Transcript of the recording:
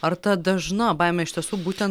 ar ta dažna baimė iš tiesų būtent